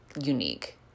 unique